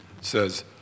says